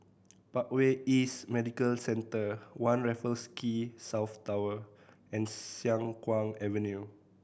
Parkway East Medical Centre One Raffles Quay South Tower and Siang Kuang Avenue